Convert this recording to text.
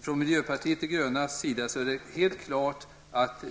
Från miljöpartiets sida menar vi helt klart att